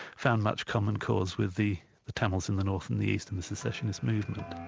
found much common cause with the the tamils in the north and the east and the secessionist movement.